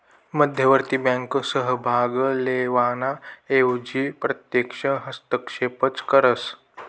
मध्यवर्ती बँक सहभाग लेवाना एवजी प्रत्यक्ष हस्तक्षेपच करस